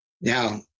Now